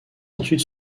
ensuite